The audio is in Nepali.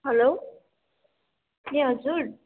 हेलो ए हजुर